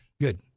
Good